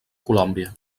colòmbia